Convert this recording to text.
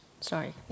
Sorry